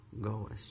goest